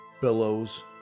billows